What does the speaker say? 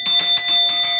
Tak.